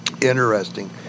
Interesting